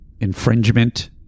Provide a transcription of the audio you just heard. infringement